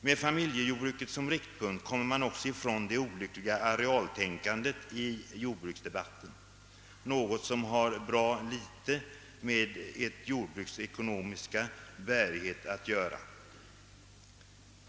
Med familjejordbruket som riktpunkt kommer man också ifrån det olyckliga arealtänkandet i jordbruksde batten, något som har ganska litet med ett jordbruks ekonomiska bärighet att göra.